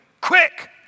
quick